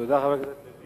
תודה רבה לחבר הכנסת לוין.